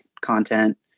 content